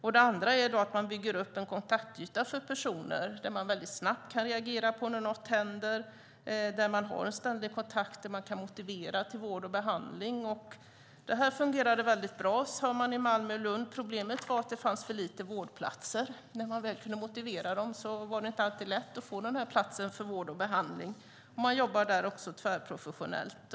Vidare handlar det om att bygga upp en kontaktyta för personer så att det går att snabbt reagera när något händer och att det finns en ständig kontakt som kan motivera till vård och behandling. Man säger i Malmö och Lund att detta har fungerat bra. Problemet är att det finns för få vårdplatser. När man väl har motiverat dem är det inte alltid lätt att få en plats för vård och behandling. Man jobbar där tvärprofessionellt.